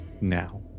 now